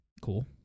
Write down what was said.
cool